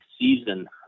season